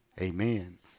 Amen